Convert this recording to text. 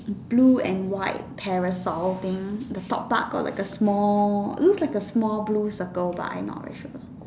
blue and white parasol thing the top part got like a small looks like a small blue circle but I not very sure